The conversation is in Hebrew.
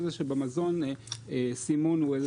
כך שבמזון סימון הוא איזשהו חסם סחר.